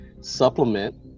supplement